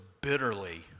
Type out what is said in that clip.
bitterly